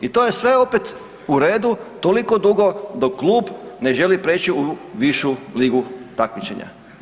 I to je sve opet u redu toliko dugo dok klub ne želi preći u višu ligu takmičenja.